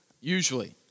usually